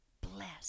bless